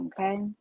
okay